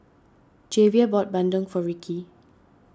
Javier bought Bandung for Rikki